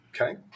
Okay